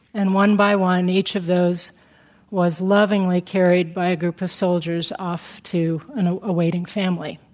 and one by one, each of those was lovingly carried by a group of soldiers off to an awaiting family.